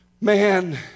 Man